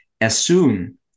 assume